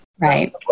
Right